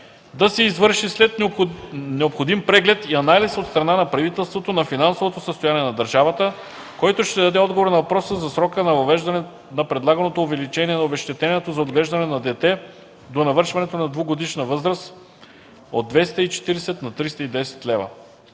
да се извърши след необходим преглед и анализ от страна на правителството на финансовото състояние на държавата, които ще дадат отговор на въпроса за срока на въвеждане на предлаганото увеличение на обезщетението за отглеждането на дете до навършването на двегодишна възраст от 240 лв. на 310 лв.;